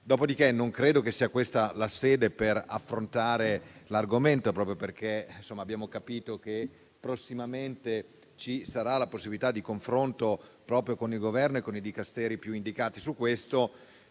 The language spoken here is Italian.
Dopodiché non credo che sia questa la sede per affrontare l'argomento, proprio perché abbiamo capito che prossimamente ci sarà una possibilità di confronto proprio con il Governo e con i Dicasteri più indicati. Su questo